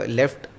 left